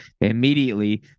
immediately